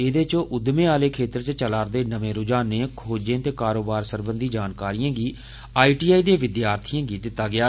एहदे च उद्यमें आले खेत्तर च चला'रदे नमें रूझानें खोजें ते कारोबार सरबंधी जानकारिएं गी आईटीआई दे विद्यार्थिएं गी दित्ती गेई